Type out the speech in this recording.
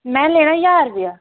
मैं लैना ज्हार रपेआ